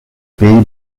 pays